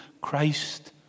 Christ